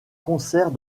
concerts